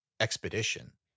Expedition